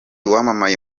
wamamaye